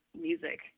music